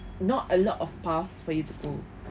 not a lot of paths for you to go